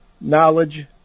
Knowledge